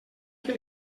que